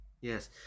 Yes